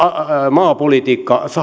maapolitiikka saatiin